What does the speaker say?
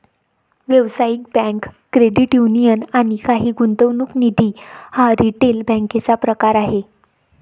व्यावसायिक bank, credit union आणि काही गुंतवणूक निधी हा रिटेल बँकेचा प्रकार आहे